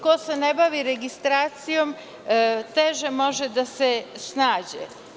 Ko se ne bavi registracijom, teže može da se snađe.